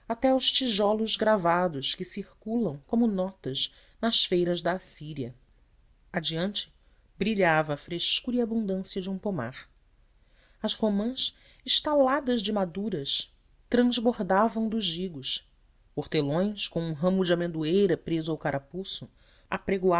até aos tijolos gravados que circulam como notas nas feiras da assíria adiante brilhava a frescura e abundância de um pomar as romãs estaladas de maduras transbordavam dos gigos hortelões com um ramo de amendoeira preso ao carapuço